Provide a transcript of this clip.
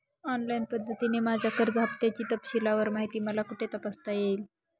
Online पद्धतीने माझ्या कर्ज हफ्त्याची तपशीलवार माहिती मला कुठे तपासता येईल?